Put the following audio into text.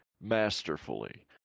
masterfully